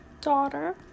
daughter